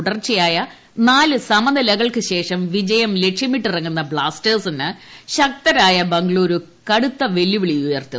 തുടർച്ചയായ നാല് സമനിലക്കുശേഷം വിജയർ ലക്ഷ്യമിട്ടിറങ്ങുന്ന ബ്ലാസ്റ്റേഴ്സിന് ശക്തരായ ബംഗളൂരു കടൂത്ത വെല്ലുവിളി ഉയർത്തും